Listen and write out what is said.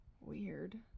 weird